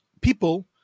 people